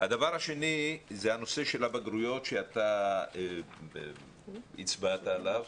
הדבר השני זה הנושא של הבגרויות שאתה הצבעת עליו.